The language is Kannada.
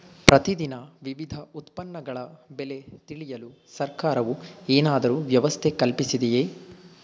ಪ್ರತಿ ದಿನ ವಿವಿಧ ಉತ್ಪನ್ನಗಳ ಬೆಲೆ ತಿಳಿಯಲು ಸರ್ಕಾರವು ಏನಾದರೂ ವ್ಯವಸ್ಥೆ ಕಲ್ಪಿಸಿದೆಯೇ?